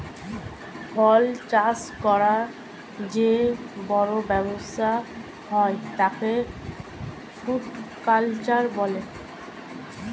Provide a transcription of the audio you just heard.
ফল চাষ করার যে বড় ব্যবসা হয় তাকে ফ্রুটিকালচার বলে